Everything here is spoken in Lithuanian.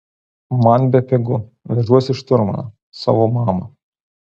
man bepigu vežuosi šturmaną savo mamą